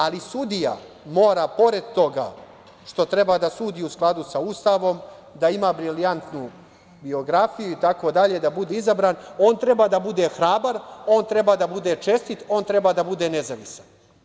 Ali, sudija mora pored toga, što treba da sudi u skladu sa Ustavom, da ima brilijantnu biografiju, itd, da bude izabran, on treba da bude hrabar, on treba da bude čestit, on treba da bude nezavistan.